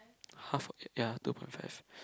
half of ya two point five